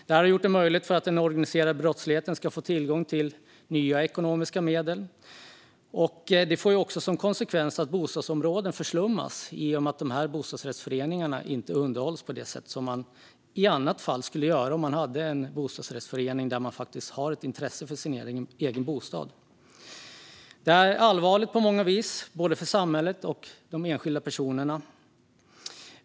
Detta har gjort det möjligt för den organiserade brottsligheten att få tillgång till nya ekonomiska medel, och det får också som konsekvens att bostadsområden förslummas i och med att bostadsrättsföreningarna inte underhålls på det sätt som skulle ha varit fallet i en förening där man verkligen har ett intresse för sin egen bostad. Detta är allvarligt på många vis, både för samhället och för enskilda personer.